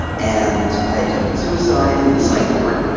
and i attempted suicide in a psych ward.